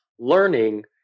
learning